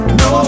no